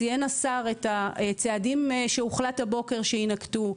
ציין השר את הצעדים שהוחלט הבוקר שיינקטו.